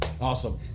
Awesome